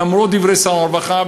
למרות דברי שר הרווחה,